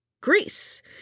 Greece